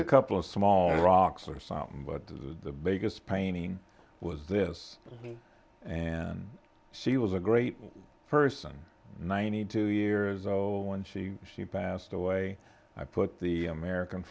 a couple of small rocks or something but the biggest painting was this and she was a great person ninety two years old when she she passed away i put the american